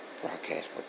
broadcast